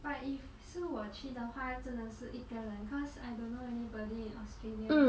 but if 是我去的话真的是一个 cause I don't know anybody in australia